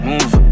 Move